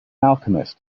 alchemist